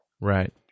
Right